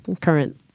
current